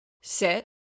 sit